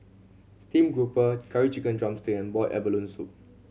steamed grouper Curry Chicken drumstick and boiled abalone soup